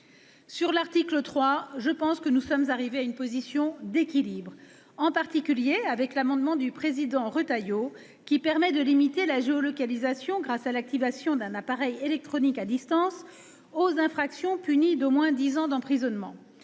Sur l'article 3, je pense que nous sommes arrivés à une position d'équilibre, en particulier grâce à l'amendement de Bruno Retailleau qui vise à limiter la géolocalisation par l'activation d'un appareil électronique à distance aux infractions punies d'au moins dix ans d'emprisonnement.